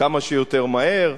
כמה שיותר מהר.